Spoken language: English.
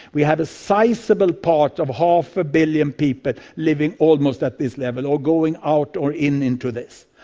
we have a sizeable part of half a billion people living almost at this level or going out or in into this.